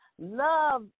Love